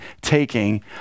taking